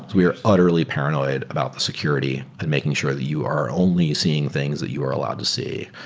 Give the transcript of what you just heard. we are utterly paranoid about the security and making sure that you are only seeing things that you are allowed to see,